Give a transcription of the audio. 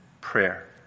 prayer